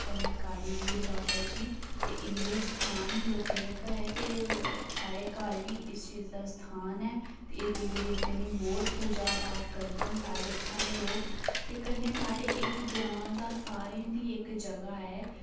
कन्नै कालीवीर बाबा जी ते इंदे स्थान न लोकें दे घरें ते साढे घर बी इस चीज दा स्थान ऐ ते एह् देवी देवतें दी बहुत पूजा पाठ करदे न साढ़े इत्थूं दे लोक ते कन्नै साढ़े इक ग्रां दा सारे दी इक जगह ऐ